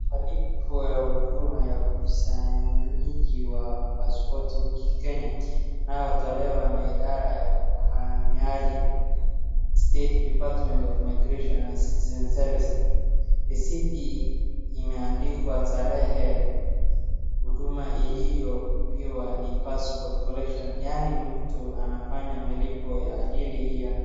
Malipo ya huduma ya usajili wa pasipoti nchini Kenya inayotolewa na Idara ya Uhamiaji, State Department of Immigration and Citizen Service . Receipt imeandikwa tarehe, huduma iliyopiwa ni passport collection , yaani ni mtu anafanya malipo ya ajili ya.